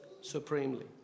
supremely